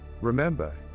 Remember